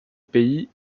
pays